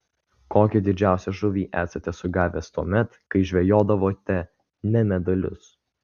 kokią didžiausią žuvį esate sugavęs tuomet kai žvejodavote ne medalius